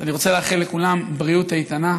ואני רוצה לאחל לכולם בריאות איתנה,